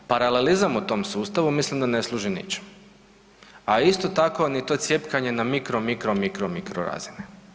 Paralelizam u tom sustavu mislim da ne služi ničemu, a isto tako ni to cjepkanje na mikro, mikro, mikro, mikro razine.